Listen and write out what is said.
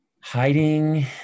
Hiding